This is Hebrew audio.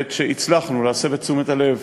כשהצלחנו להסב את תשומת הלב,